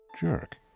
Jerk